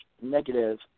negative